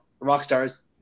Rockstar's